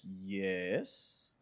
Yes